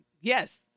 Yes